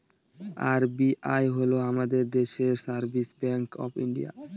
RBI হল আমাদের দেশের রিসার্ভ ব্যাঙ্ক অফ ইন্ডিয়া